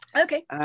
Okay